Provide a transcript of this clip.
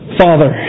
Father